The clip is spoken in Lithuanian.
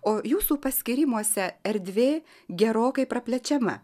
o jūsų paskyrimuose erdvė gerokai praplečiama